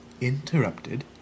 interrupted